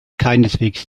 keineswegs